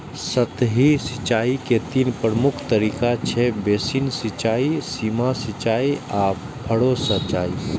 सतही सिंचाइ के तीन प्रमुख तरीका छै, बेसिन सिंचाइ, सीमा सिंचाइ आ फरो सिंचाइ